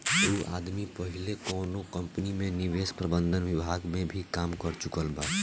उ आदमी पहिले कौनो कंपनी में निवेश प्रबंधन विभाग में भी काम कर चुकल बा